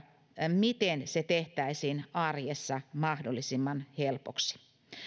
miten se tehtäisiin arjessa mahdollisimman helpoksi